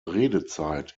redezeit